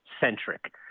centric